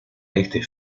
este